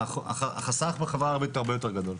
החוסר בחברה הערבית הרבה יותר גדול.